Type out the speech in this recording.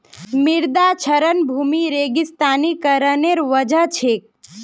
मृदा क्षरण भूमि रेगिस्तानीकरनेर वजह छेक